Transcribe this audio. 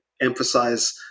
emphasize